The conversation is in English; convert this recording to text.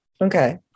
Okay